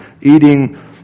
eating